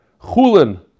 chulen